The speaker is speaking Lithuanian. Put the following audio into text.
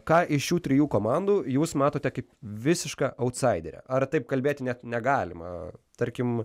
ką iš šių trijų komandų jūs matote kaip visišką autsaiderę ar taip kalbėti net negalima tarkim